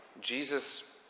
Jesus